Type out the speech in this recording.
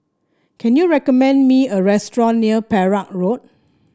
can you recommend me a restaurant near Perak Road